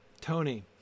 Tony